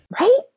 Right